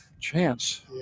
chance